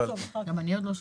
גם אני עוד לא שאלתי.